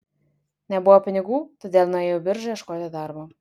nebuvo pinigų todėl nuėjau į biržą ieškoti darbo